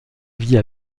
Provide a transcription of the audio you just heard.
vie